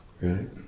right